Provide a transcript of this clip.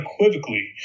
unequivocally